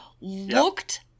looked